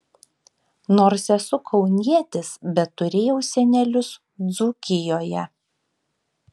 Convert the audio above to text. nors esu kaunietis bet turėjau senelius dzūkijoje